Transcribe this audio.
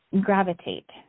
gravitate